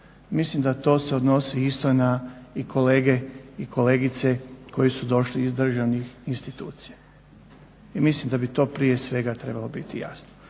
Mislim da to se odnosi isto na i kolege i kolegice koji su došli iz državnih institucija. I mislim da bi to prije svega trebalo biti jasno.